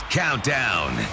countdown